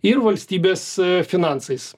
ir valstybės finansais